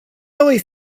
really